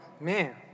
Man